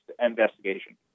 investigation